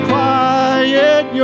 Quiet